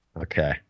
Okay